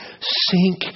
sink